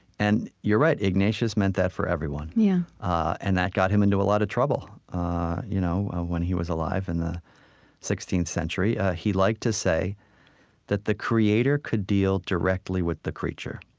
and you're right. ignatius meant that for everyone. yeah and that got him into a lot of trouble you know when he was alive in the sixteenth century. he liked to say that the creator could deal directly with the creature.